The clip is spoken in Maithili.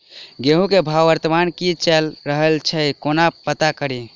गेंहूँ केँ भाव वर्तमान मे की चैल रहल छै कोना पत्ता कड़ी?